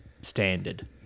standard